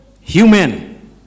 human